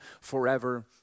forever